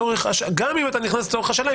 גם אם אתה נכנס לצורך השאלה,